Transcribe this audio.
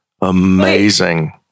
amazing